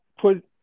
put